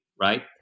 right